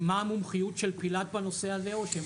מה המומחיות של פילת בנושא הזה או שהם